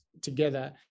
together